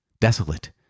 desolate